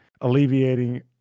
alleviating